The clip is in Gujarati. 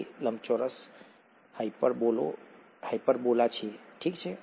તે લંબચોરસ હાયપરબોલા છે ઠીક છે